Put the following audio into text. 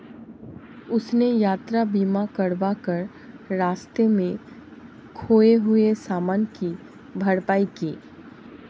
उसने यात्रा बीमा करवा कर रास्ते में खोए हुए सामान की भरपाई की